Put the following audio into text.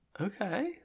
Okay